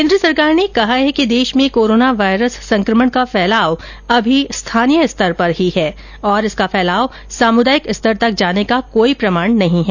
केन्द्र सरकार ने कहा है कि देश में कोरोना वायरस संक्रमण का फैलाव अभी स्थानीय स्तर पर है और इसका फैलाव सामूदायिक स्तर तक जाने का प्रमाण नहीं है